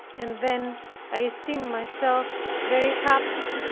and then i esteemed myself very happy.